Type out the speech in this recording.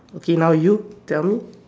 okay now you tell me